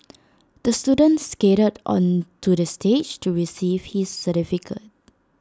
the student skated onto the stage to receive his certificate